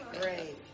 great